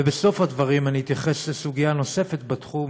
ובסוף הדברים אני אתייחס לסוגיה נוספת בתחום,